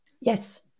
yes